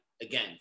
again